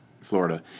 Florida